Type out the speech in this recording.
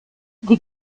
die